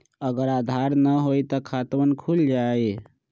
अगर आधार न होई त खातवन खुल जाई?